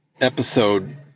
episode